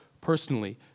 personally